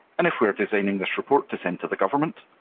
and if we're designing this report to send to the government,